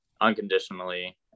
unconditionally